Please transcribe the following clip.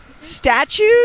statues